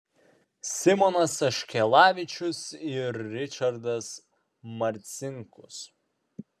simonas aškelavičius ir ričardas marcinkus